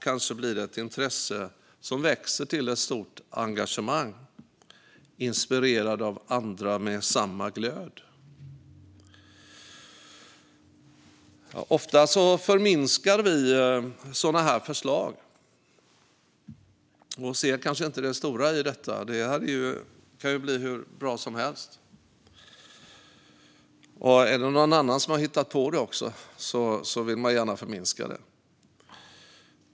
Kanske blir det ett intresse som växer till ett stort engagemang, inspirerat av andra med samma glöd. Ofta förminskar vi sådana här förslag och ser kanske inte det stora i dem, även om det kan bli hur bra som helst. Är det dessutom någon annan som har hittat på det vill man gärna förminska det.